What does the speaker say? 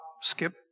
skip